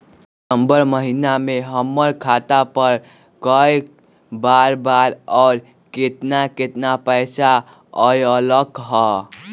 सितम्बर महीना में हमर खाता पर कय बार बार और केतना केतना पैसा अयलक ह?